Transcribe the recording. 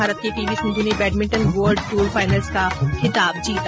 भारत की पीवी सिंध् ने badminton world tour finals का खिताब जीता